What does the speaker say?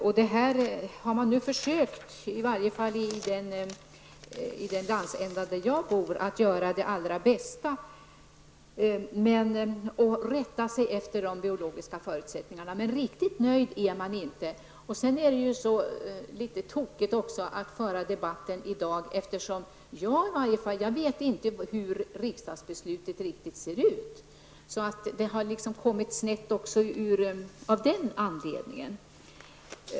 I den landsända där jag bor har man försökt göra det bästa möjliga av situationen och rättat sig efter de biologiska förutsättningarna. Men riktigt nöjd är man inte. Det är på sätt och vis fel att föra den här debatten i dag, eftersom man inte vet hur riksdagsbeslutet ser ut. I varje fall vet inte jag det. Det hela har blivit litet snett av den anledningen.